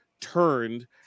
turned